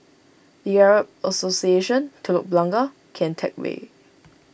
the Arab Association Telok Blangah Kian Teck Way